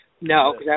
No